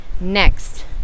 next